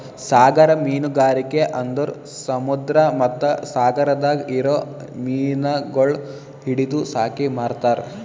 ಸಾಗರ ಮೀನುಗಾರಿಕೆ ಅಂದುರ್ ಸಮುದ್ರ ಮತ್ತ ಸಾಗರದಾಗ್ ಇರೊ ಮೀನಗೊಳ್ ಹಿಡಿದು ಸಾಕಿ ಮಾರ್ತಾರ್